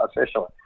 officially